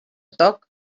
toc